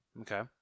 Okay